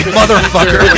motherfucker